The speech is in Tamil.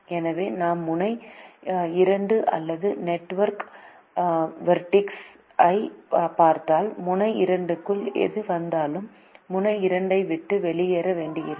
எனவே நாம் முனை 2 அல்லது வெர்டெக்ஸ் 2 ஐப் பார்த்தால் முனை 2 க்குள் எது வந்தாலும் முனை 2 ஐ விட்டு வெளியேற வேண்டியிருக்கும்